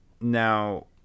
now